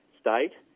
state